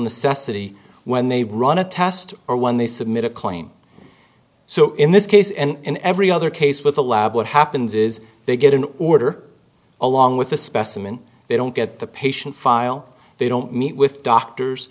necessity when they run a test or when they submit a claim so in this case and in every other case with a lab what happens is they get an order along with a specimen they don't get the patient file they don't meet with doctors